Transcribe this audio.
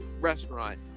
restaurant